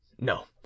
no